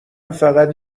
فقط